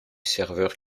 serveur